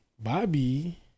Bobby